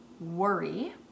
worry